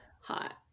hot